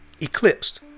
Eclipsed